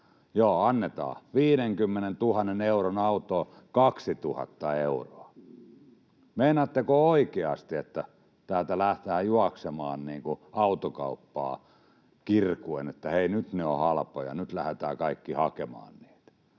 joo, annetaan 50 000 euron autoon 2 000 euroa. Meinaatteko oikeasti, että täältä lähdetään juoksemaan autokauppaan kirkuen, että hei, nyt ne ovat halpoja, nyt lähdetään kaikki hakemaan niitä?